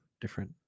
different